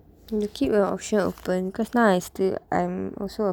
you keep your option open cause now I still I'm also